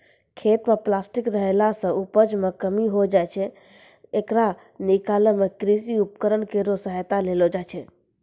खेत म प्लास्टिक रहला सें उपज मे कमी होय जाय छै, येकरा निकालै मे कृषि उपकरण केरो सहायता लेलो जाय छै